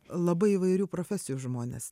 labai įvairių profesijų žmonės